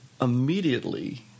immediately